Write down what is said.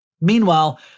Meanwhile